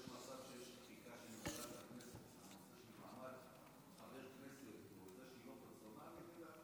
יש מצב של חקיקה שנוגעת לחבר כנסת שהיא לא פרסונלית?